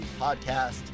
podcast